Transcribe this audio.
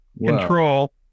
control